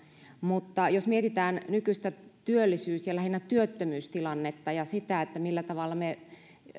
mutta jos mietitään nykyistä työllisyys ja lähinnä työttömyystilannetta ja sitä millä tavalla